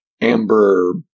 Amber